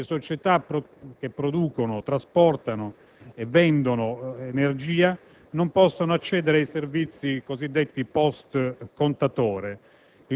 le società che producono, trasportano e vendono energia possano accedere ai servizi cosiddetti post-contatore.